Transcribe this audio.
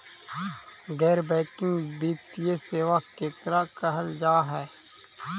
गैर बैंकिंग वित्तीय सेबा केकरा कहल जा है?